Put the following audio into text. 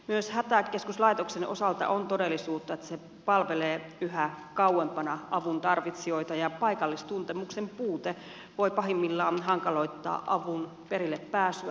myös hätäkeskuslaitoksen osalta on todellisuutta että se palvelee yhä kauempana avun tarvitsijoita ja paikallistuntemuksen puute voi pahimmillaan hankaloittaa avun perillepääsyä